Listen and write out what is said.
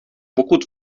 pokud